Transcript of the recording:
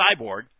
Cyborg